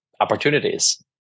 opportunities